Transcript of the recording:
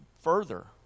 further